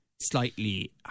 slightly